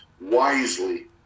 wisely